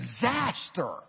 disaster